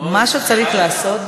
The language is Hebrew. מה שצריך לעשות,